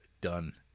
done